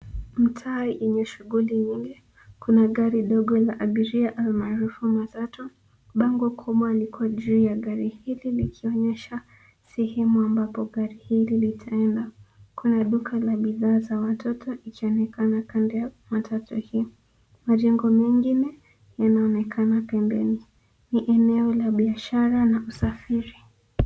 Mtaa yenye shughuli nyingi, kuna gari dogo la abiria almaarufu matatu. Bango kubwa liko juu ya gari hili likionyesha sehemu ambapo gari hili litaenda. Kuna duka la bidhaa za watoto, ikionekana kando ya matatu hii. Majengo mengine yanaonekana pembeni. Ni eneo la biashara na usafiri.